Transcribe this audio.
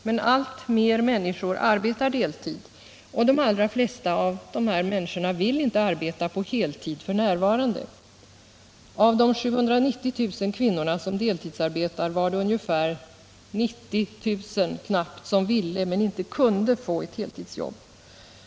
Men allt fler människor arbetar deltid, och de allra flesta av dessa vill inte arbeta på heltid f. n. Av de 790 000 kvinnorna som deltidsarbetar var det knappt 90 000 som ville men inte kunde få ett heltidsjobb.